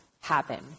happen